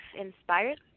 inspired